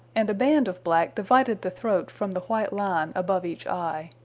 and a band of black divided the throat from the white line above each eye.